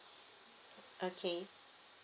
okay